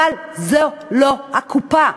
אבל זו לא הקופה.